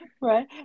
right